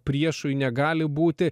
priešui negali būti